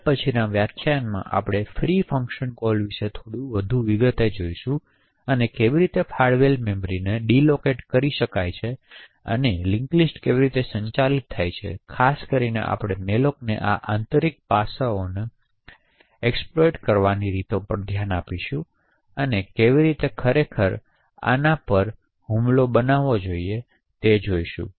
હવે પછીના વ્યાખ્યાનમાં આપણે ફ્રી ફંક્શન કોલ વિશે વધુ વિગતવાર જોશું કે કેવી રીતે ફાળવેલ મેમરીને ડિલોકિટ કરે છે અને લિન્ક લિસ્ટ કેવી રીતે સંચાલિત થાય છે અને ખાસ કરીને આપણે મેલોકના આ આંતરિક પાસાઓને એક્સપ્લોયટ કરવાની રીતો પર ધ્યાન આપીશું અને કેવી રીતે ખરેખર આના પર હુમલો બનાવો તે જોઈશું